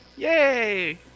Yay